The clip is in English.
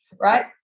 right